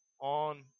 on